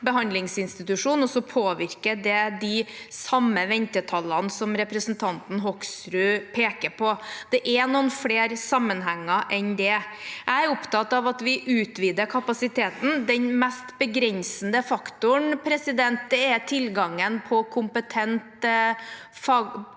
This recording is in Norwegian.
behandlingsinstitusjon, og så påvirker det de samme ventetallene som representanten Hoksrud peker på. Det er noen flere sammenhenger enn det. Jeg er opptatt av at vi utvider kapasiteten. Den mest begrensende faktoren er tilgangen på kompetente